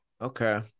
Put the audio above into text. Okay